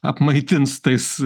apmaitins tais